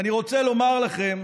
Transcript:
ואני רוצה לומר לכם